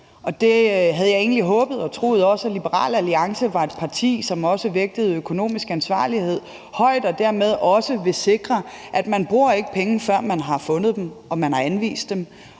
jeg havde egentlig håbet og også troet, at Liberal Alliance var et parti, som vægtede økonomisk ansvarlighed højt og dermed også ville sikre, at man ikke bruger penge, før man har fundet dem og man har anvist dem.